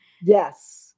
Yes